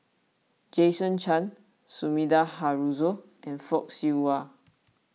Jason Chan Sumida Haruzo and Fock Siew Wah